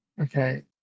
Okay